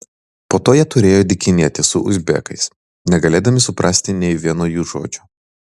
po to jie turėjo dykinėti su uzbekais negalėdami suprasti nė vieno jų žodžio